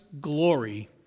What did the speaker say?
glory